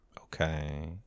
Okay